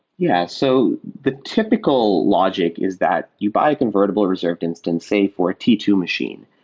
yeah. so the typical logic is that you buy a convertible reserved instance, say, for a t two machine,